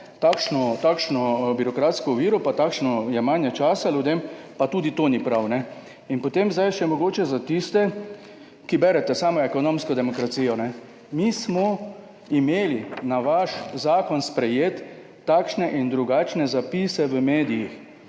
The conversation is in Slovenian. takšno birokratsko oviro in takšno jemanje časa ljudem, pa tudi ni prav. In zdaj še mogoče za tiste, ki berete samo Ekonomsko demokracijo. Mi smo imeli na vaš sprejeti zakon takšne in drugačne zapise v medijih.